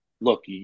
look